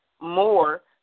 more